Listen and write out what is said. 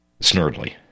Snurdly